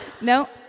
no